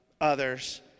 others